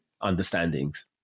understandings